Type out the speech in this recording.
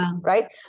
Right